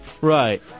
Right